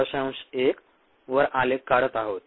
1 वर आलेख काढत आहोत